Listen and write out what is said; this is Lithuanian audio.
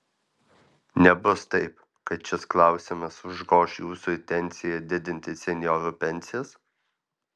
nebus taip kad šis klausimas užgoš jūsų intenciją didinti senjorų pensijas